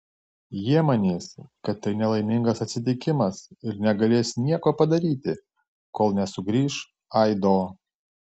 jie manys kad tai nelaimingas atsitikimas ir negalės nieko padaryti kol nesugrįš aido